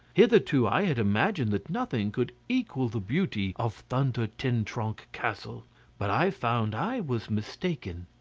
hitherto i had imagined that nothing could equal the beauty of thunder-ten-tronckh castle but i found i was mistaken.